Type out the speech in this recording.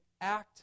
act